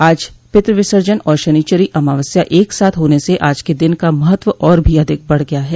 आज पितृ विसर्जन और शनिचरी अमावस्या एक साथ होने से आज के दिन का महत्व और भी अधिक बढ़ गया है